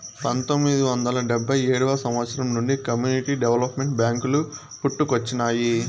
పంతొమ్మిది వందల డెబ్భై ఏడవ సంవచ్చరం నుండి కమ్యూనిటీ డెవలప్మెంట్ బ్యేంకులు పుట్టుకొచ్చినాయి